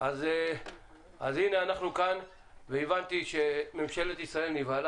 אז הנה אנחנו כאן והבנתי שממשלת ישראל נבהלה